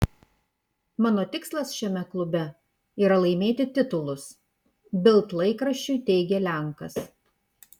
mano tikslas šiame klube yra laimėti titulus bild laikraščiui teigė lenkas